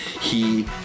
he-